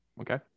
okay